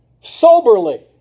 Soberly